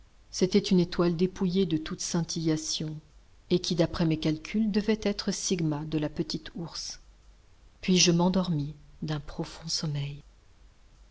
c'était une étoile dépouillée de toute scintillation et qui d'après mes calculs devait être sigma de la petite ourse puis je m'endormis d'un profond sommeil